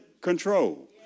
control